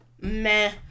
meh